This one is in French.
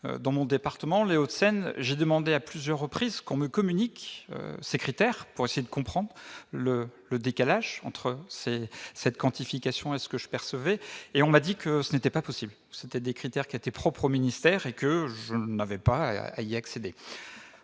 dans mon département, Les Hauts de Seine, j'ai demandé à plusieurs reprises qu'on me communique ses critères pour essayer de comprendre le le décalage entre ces cette quantification est ce que je percevais et on m'a dit que ce n'était pas possible, c'était des critères qui étaient propres ministère et que je n'avais pas il y accéder